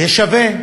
יהיה קוד שווה.